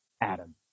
Adam